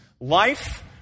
life